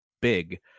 big